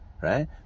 Right